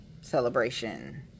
celebration